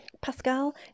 Pascal